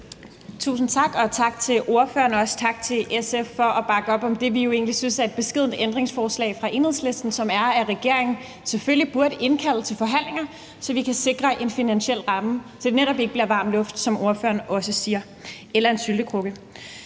Tusind tak og tak til ordføreren og også tak til SF for at bakke op om det, vi egentlig synes er et beskedent ændringsforslag fra Enhedslisten, og som er, at regeringen selvfølgelig burde indkalde til forhandlinger, så vi kan sikre en finansiel ramme, så det netop ikke bliver varm luft, som ordføreren også siger, eller en syltekrukke.